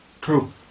True